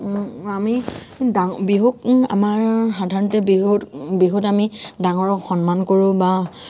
আমি ডা বিহুক আমাৰ সাধাৰণতে বিহুত বিহুত আমি ডাঙৰক সন্মান কৰো বা